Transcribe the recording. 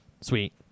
Sweet